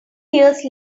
years